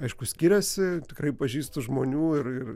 aišku skiriasi tikrai pažįstu žmonių ir ir